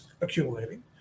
accumulating